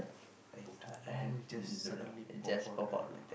I don't know just suddenly pop out like that